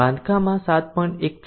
બાંધકામ 7